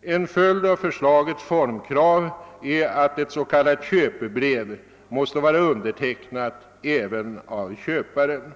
En följd av förslagets formkrav är att ett s.k. köpebrev måste vara undertecknat även av köparen.